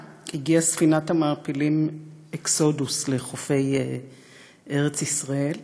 הגיעה ספינת המעפילים אקסודוס לחופי ארץ ישראל,